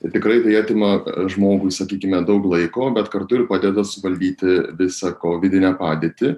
tai tikrai tai atima žmogui sakykime daug laiko bet kartu ir padeda suvaldyti visą kovidinę padėtį